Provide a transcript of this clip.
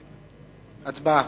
הצבעה.